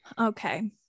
Okay